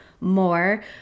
more